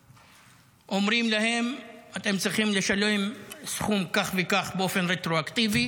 ואומרים להם: אתם צריכים לשלם סכום כך וכך באופן רטרואקטיבי,